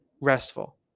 restful